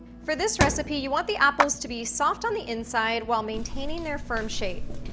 for this recipe, you want the apples to be soft on the inside while maintaining their firm shape.